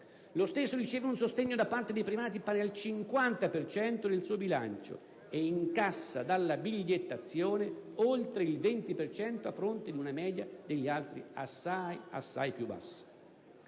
Lo stesso riceve un sostegno da parte dei privati pari al 50 per cento del suo bilancio e incassa dalla bigliettazione oltre il 20 per cento a fronte dì una media degli altri assai più bassa.